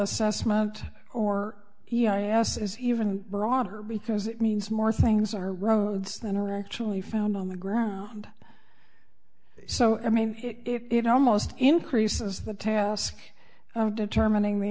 assessment or yeah says he even brought her because it means more things are roads than are actually found on the ground so i mean it almost increases the task of determining the